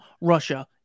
Russia